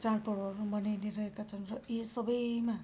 चाँड पर्वहरू मनाइ नै रहेका छन् र यी सबैमा